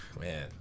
man